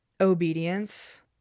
obedience